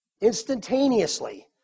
instantaneously